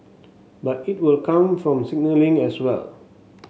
but it will come from signalling as well